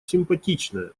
симпатичная